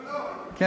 לא לא, לפני.